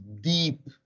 deep